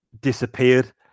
disappeared